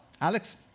Alex